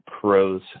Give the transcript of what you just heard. pros